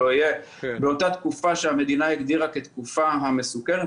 באותה תקופה שאותה המדינה הגדירה כתקופה המסוכנת,